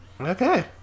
Okay